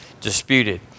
disputed